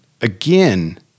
again